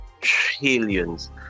trillions